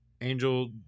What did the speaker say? Angel